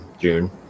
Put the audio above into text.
June